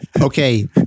Okay